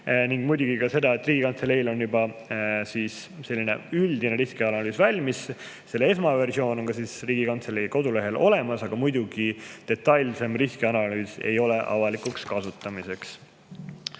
ning muidugi ka see, et Riigikantseleil on juba selline üldine riskianalüüs valmis. Selle esmaversioon on Riigikantselei kodulehel olemas, aga detailsem riskianalüüs ei ole avalikuks kasutamiseks. Lõpuks